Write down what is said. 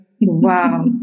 Wow